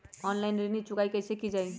Online ऋण चुकाई कईसे की ञाई?